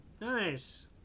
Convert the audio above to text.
Nice